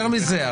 יותר מזה,